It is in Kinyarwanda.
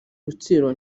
rutsiro